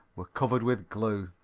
were covered with glue.